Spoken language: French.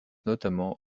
notamment